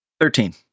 Thirteen